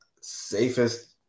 Safest